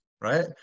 Right